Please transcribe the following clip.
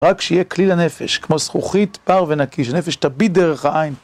רק שיהיה כליל הנפש, כמו זכוכית פר ונקי, שנפש תביא דרך העין.